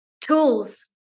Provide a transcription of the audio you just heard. Tools